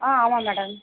ஆ ஆமாம் மேடம்